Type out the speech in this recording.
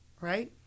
right